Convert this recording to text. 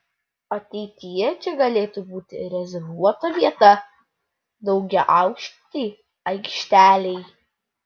ateityje čia galėtų būti rezervuota vieta daugiaaukštei aikštelei